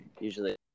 Usually